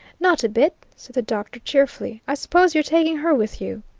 not a bit, said the doctor cheerfully. i suppose you're taking her with you?